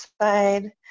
side